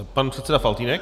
Pan předseda Faltýnek.